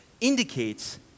indicates